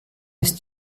ist